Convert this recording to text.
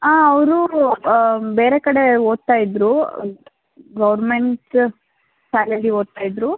ಹಾಂ ಅವರು ಬೇರೆ ಕಡೆ ಓದ್ತಾ ಇದ್ದರು ಗೌರ್ಮೆಂಟ ಶಾಲೆಯಲ್ಲಿ ಓದ್ತಾ ಇದ್ದರು